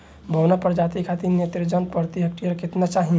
बौना प्रजाति खातिर नेत्रजन प्रति हेक्टेयर केतना चाही?